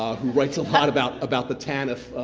ah who writes a lot about about the tanf